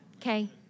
okay